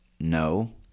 No